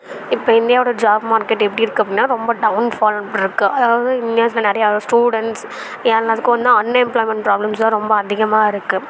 இப்போ இன்னையோட job market எப்படி இருக்கு அப்படின்னா ரொம்ப டவுன்ஃபால் அப்படி இருக்கு அதவாது இந்தியாஸில் நிறைய ஸ்டூடெண்டஸ் எல்லாத்துக்கும் வந்து அன்எம்ப்ளாயிண்ட்மென்ட் ப்ராப்ளம்ஸ் தான் ரொம்ப அதிகமாக இருக்கு